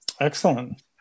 Excellent